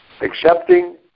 Accepting